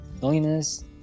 Loneliness